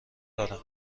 دارم